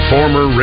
Former